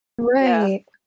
right